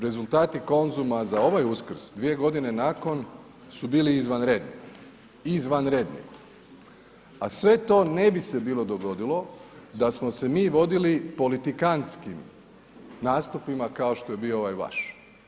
Rezultati Konzuma za ovaj Uskrs, 2 g. nakon, su bili izvanredni, izvanredni, a sve to ne bi se bilo dogodilo, da smo se mi vodili politikantstvima nastupima, kao što je bio ovaj vaš.